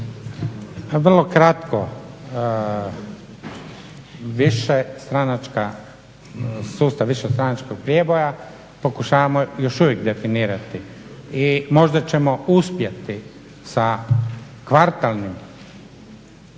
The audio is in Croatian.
Višestranačka, sustav višestranačkog prijeboja pokušavamo još uvijek definirati i možda ćemo uspjeti sa kvartalnim prijebojima